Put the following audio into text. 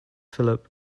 philip